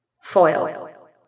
Foil